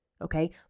Okay